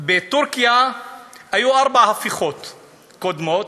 בטורקיה היו ארבע הפיכות קודמות,